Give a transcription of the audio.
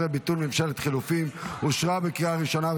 18) (ביטול ממשלת חילופים) אושרה בקריאה הראשונה,